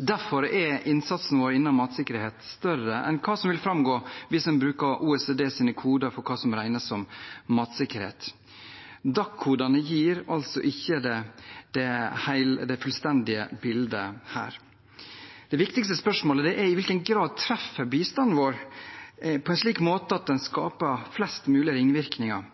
Derfor er innsatsen vår innen matsikkerhet større enn hva som vil framgå hvis en bruker OECDs koder for hva som regnes som matsikkerhet. DAC-kodene gir altså ikke det fullstendige bildet her. Det viktigste spørsmålet er i hvilken grad bistanden vår treffer på en slik måte at den skaper flest mulig ringvirkninger,